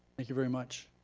thank you very much.